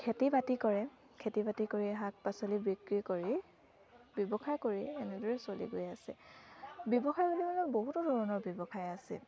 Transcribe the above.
খেতি বাতি কৰে খেতি বাতি কৰি শাক পাচলি বিক্ৰী কৰি ব্যৱসায় কৰি এনেদৰে চলি গৈ আছে ব্যৱসায় বুলি মানে বহুতো ধৰণৰ ব্যৱসায় আছে